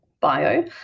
bio